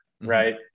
right